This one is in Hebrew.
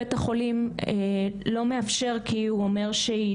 בית החולים לא מאפשר כי הוא אומר שהיא